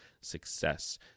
success